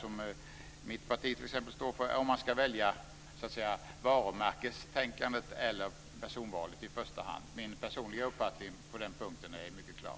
Ska man välja varumärkestänkandet eller personalvalet i första hand? Min personliga uppfattning på den punkten är mycket klar.